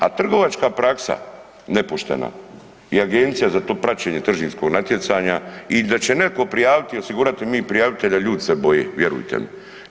A trgovačka praksa nepoštena i agencija za to praćenje tržišnog natjecanja, i da će neko prijaviti i osigurati mi prijavitelja, ljudi se boje, vjerujte mi.